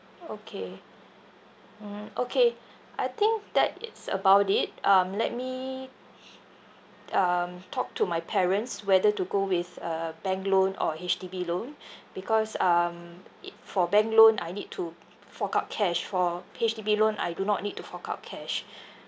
okay mm okay I think that is about it um let me um talk to my parents whether to go with a bank loan or H_D_B loan because um it for bank loan I need to fork out cash for H_D_B loan I do not need to fork out cash